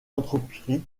entreprit